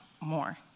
more